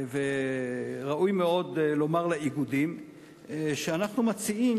וראוי מאוד לומר לאיגודים שאנחנו מציעים